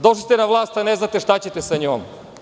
Došli ste na vlast, a ne znate šta ćete sa njom.